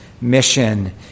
mission